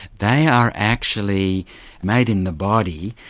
they are actually made in the body,